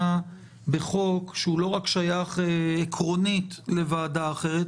בחוק שלא רק שייך עקרונית לוועדה אחרת,